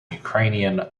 ukrainian